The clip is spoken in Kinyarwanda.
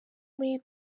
muri